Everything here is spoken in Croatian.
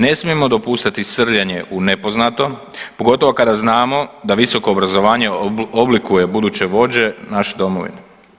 Ne smijemo dopustiti srljanje u nepoznato pogotovo kada znamo da visoko obrazovanje oblikuje buduće vođe i našu domovinu.